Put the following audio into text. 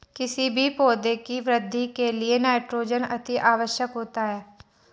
किसी भी पौधे की वृद्धि के लिए नाइट्रोजन अति आवश्यक होता है